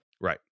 Right